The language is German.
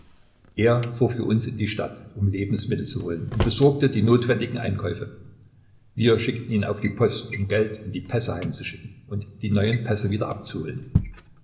er fuhr für uns in die stadt um lebensmittel zu holen und besorgte die notwendigen einkäufe wir schickten ihn auf die post um geld und die pässe heimzuschicken und die neuen pässe wieder abzuholen